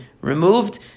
removed